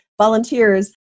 volunteers